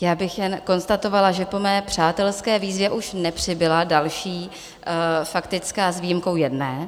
Já bych jen konstatovala, že po mé přátelské výzvě už nepřibyla další faktická s výjimkou jedné.